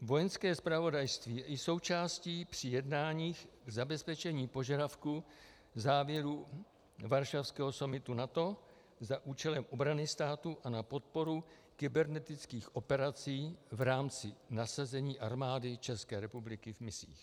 Vojenské zpravodajství je součástí při jednáních zabezpečení požadavku v závěru varšavského summitu NATO za účelem obrany státu a na podporu kybernetických operací v rámci nasazení Armády České republiky v misích.